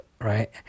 right